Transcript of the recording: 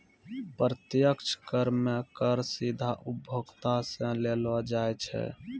प्रत्यक्ष कर मे कर सीधा उपभोक्ता सं लेलो जाय छै